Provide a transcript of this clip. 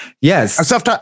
Yes